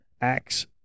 Acts